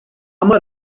mor